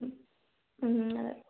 അ അ